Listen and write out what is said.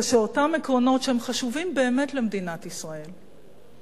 שאותם עקרונות שהם חשובים באמת למדינת ישראל,